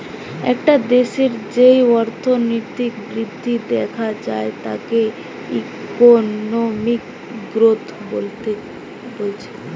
একটা দেশের যেই অর্থনৈতিক বৃদ্ধি দেখা যায় তাকে ইকোনমিক গ্রোথ বলছে